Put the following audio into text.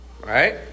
Right